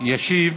ישיב